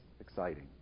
exciting